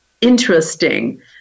interesting